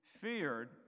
feared